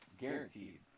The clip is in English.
Guaranteed